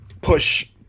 push